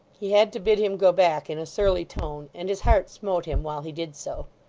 he had to bid him go back in a surly tone, and his heart smote him while he did so.